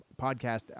podcast